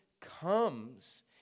comes